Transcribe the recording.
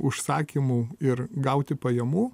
užsakymų ir gauti pajamų